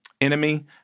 Enemy